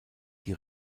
die